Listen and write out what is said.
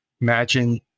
imagine